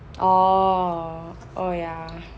oh oh ya